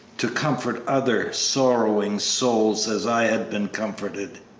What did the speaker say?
to comfort other sorrowing souls as i had been comforted.